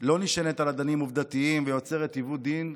לא נשענת על אדנים עובדתיים ויוצרת עיוות דין.